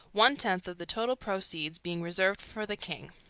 one-tenth of the total proceeds being reserved for the king.